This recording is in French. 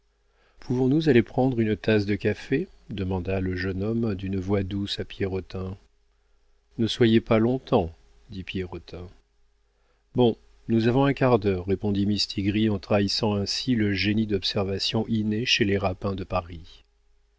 pouvons-nous aller prendre une tasse de café demanda le jeune homme d'une voix douce à pierrotin ne soyez pas longtemps dit pierrotin bon nous avons un quart d'heure répondit mistigris en trahissant ainsi le génie d'observation inné chez les rapins de paris